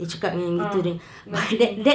ah dengan tini